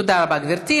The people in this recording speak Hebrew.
תודה רבה, גברתי.